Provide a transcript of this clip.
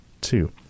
two